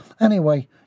Anyway